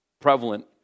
prevalent